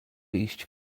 iść